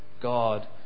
God